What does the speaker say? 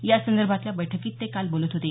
यासंदर्भातल्या बैठकीत ते काल बोलत होते